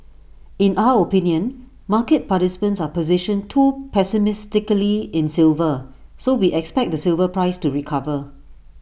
in our opinion market participants are positioned too pessimistically in silver so we expect the silver price to recover